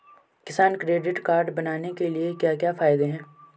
किसान credit card बनाने के क्या क्या फायदे हैं?